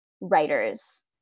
writers